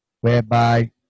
whereby